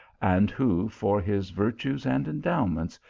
and who, for his virtues and endowments,